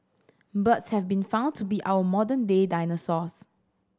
birds have been found to be our modern day dinosaurs